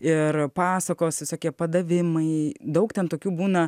ir pasakos visokie padavimai daug ten tokių būna